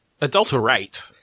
adulterate